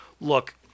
Look